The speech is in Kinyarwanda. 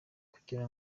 kugira